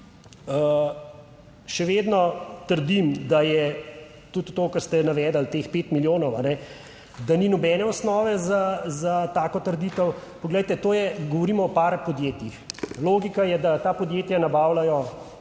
Še vedno trdim, da je, tudi to kar ste navedli, teh 5 milijonov, a ne da ni nobene osnove za tako trditev. Poglejte, to je, govorimo o par podjetjih, logika je, da ta podjetja nabavljajo